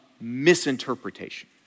misinterpretation